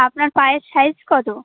আপনার পায়ের সাইজ কতো